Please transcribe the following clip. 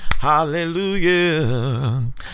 hallelujah